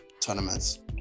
tournaments